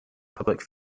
public